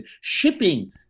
shipping